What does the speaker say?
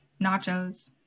nachos